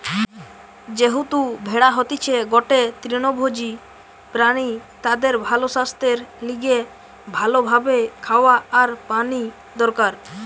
যেহেতু ভেড়া হতিছে গটে তৃণভোজী প্রাণী তাদের ভালো সাস্থের লিগে ভালো ভাবে খাওয়া আর পানি দরকার